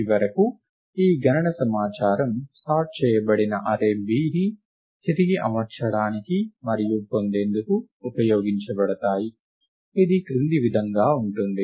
చివరకు ఈ గణన సమాచారం సార్ట్ చేయబడిన అర్రే Bని తిరిగి అమర్చడానికి మరియు పొందేందుకు ఉపయోగించబడతాయి ఇది క్రింది విధంగా ఉంటుంది